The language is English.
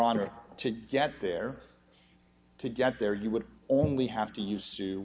honor to get there to get there you would only have to use to